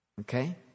Okay